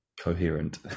coherent